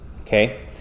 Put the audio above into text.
Okay